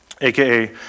aka